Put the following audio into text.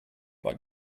but